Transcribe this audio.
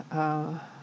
uh